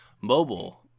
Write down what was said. mobile